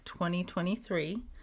2023